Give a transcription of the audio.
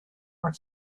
are